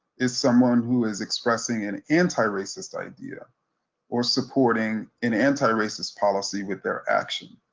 is someone who is expressing an anti-racist idea or supporting an anti-racist policy with their action.